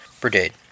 brigade